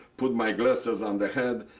put my glasses on the head,